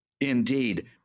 Indeed